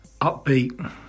upbeat